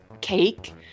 cake